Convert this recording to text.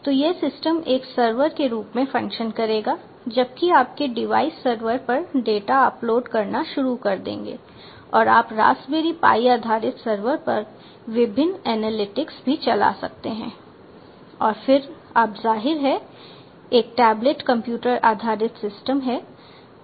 तो यह सिस्टम एक सर्वर के रूप में फंक्शन करेगा जबकि आपके डिवाइस सर्वर पर डेटा अपलोड करना शुरू कर देंगे और आप रास्पबेरी पाई आधारित सर्वर पर विभिन्न एनालिटिक्स भी चला सकते हैं और फिर आप जाहिर है एक टैबलेट कंप्यूटर आधारित सिस्टम है